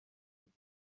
isi